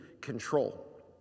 control